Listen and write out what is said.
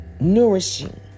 nourishing